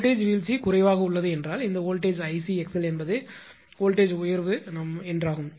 voltage வீழ்ச்சி குறைவாக உள்ளது என்றால் இந்த வோல்ட்டேஜ் 𝐼𝑐𝑥𝑙 என்பது வோல்ட்டேஜ் உயர்வு என்றாகும்